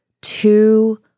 two